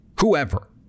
whoever